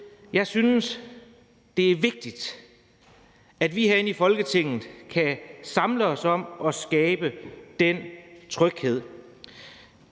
Jeg synes, det er vigtigt, at vi herinde i Folketinget kan samles om at skabe den tryghed;